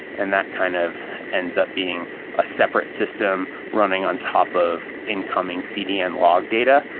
and that kind of ends up being a separate system running on top of incoming cdn log data.